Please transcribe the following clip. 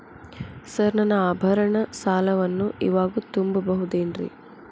Sir ನನ್ನ ಆಭರಣ ಸಾಲವನ್ನು ಇವಾಗು ತುಂಬ ಬಹುದೇನ್ರಿ?